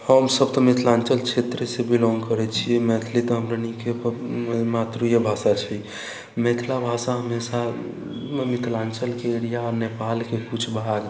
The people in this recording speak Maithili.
हमसब तऽ मिथिलांचल क्षेत्र से बिलोंग करै छियै मैथिली तऽ हमरा नीक मातृए भाषा छी मिथिला भाषा हमेशा मिथिलाञ्चलके एरिया नेपालके कुछ भाग